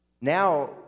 Now